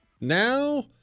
Now